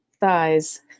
thighs